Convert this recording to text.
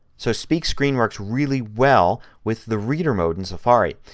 so speak screen works really well with the reader mode in safari.